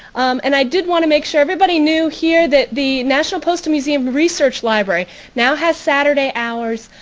and i did want to make sure everybody knew here that the national postal museum research library now has saturday hours.